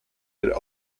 der